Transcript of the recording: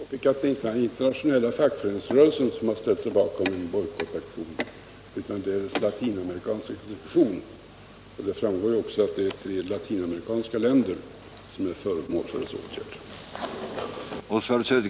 Herr talman! Jag vill bara påpeka att det inte är den internationella fackföreningsrörelsen som har ställt sig bakom bojkottaktionen utan dess latinamerikanska sektion. Det är också latinamerikanska länder som är föremål för dess åtgärder.